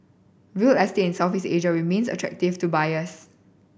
real estate in Southeast Asia remains attractive to buyers